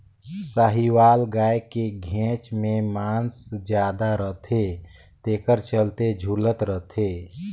साहीवाल गाय के घेंच में मांस जादा रथे तेखर चलते झूलत रथे